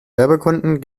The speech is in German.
werbekunden